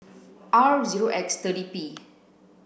R zero X thirty P